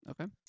Okay